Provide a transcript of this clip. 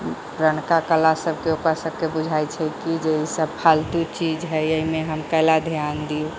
पुरनका कला सबके ओकरा सबके बुझै छै की जे इ सब फालतू चीज है एहिमे कै ला ध्यान दिऔ